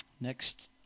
Next